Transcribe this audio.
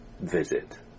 visit